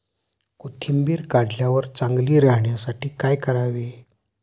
कोथिंबीर काढल्यावर चांगली राहण्यासाठी काय करावे?